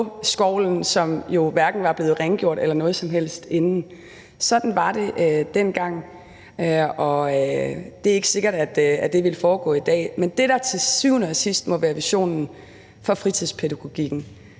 skovlen, som jo hverken var blevet rengjort eller noget som helst forinden. Sådan var det dengang, og det er ikke sikkert, at det ville kunne foregå i dag. Men det, der til syvende og sidst må være visionen for fritidspædagogikken,